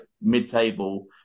mid-table